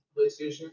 PlayStation